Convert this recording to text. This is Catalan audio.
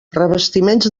revestiments